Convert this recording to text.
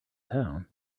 town